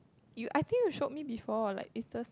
you I think you showed me before like is the